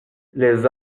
les